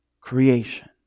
creation